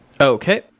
Okay